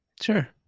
Sure